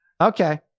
Okay